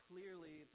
clearly